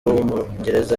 w’umwongereza